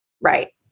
Right